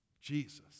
Jesus